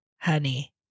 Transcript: honey